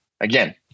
Again